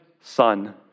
son